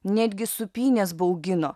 netgi supynės baugino